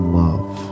love